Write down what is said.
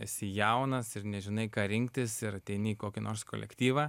esi jaunas ir nežinai ką rinktis ir ateini į kokį nors kolektyvą